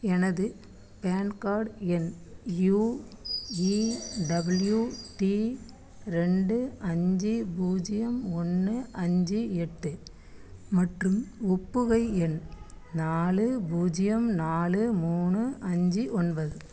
எனது பேன்கார்டு எண் U E W D ரெண்டு அஞ்சு பூஜ்ஜியம் ஒன்று அஞ்சு எட்டு மற்றும் ஒப்புகை எண் நாலு பூஜ்ஜியம் நாலு மூணு அஞ்சு ஒன்பது